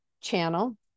channel